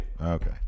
Okay